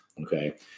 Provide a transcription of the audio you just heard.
Okay